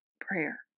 prayer